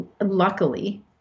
luckily